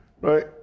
right